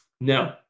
No